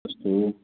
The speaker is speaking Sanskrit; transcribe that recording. अस्तु